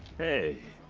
hey.